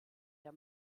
der